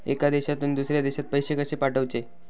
एका देशातून दुसऱ्या देशात पैसे कशे पाठवचे?